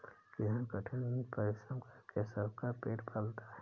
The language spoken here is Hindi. किसान कठिन परिश्रम करके सबका पेट पालता है